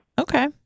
Okay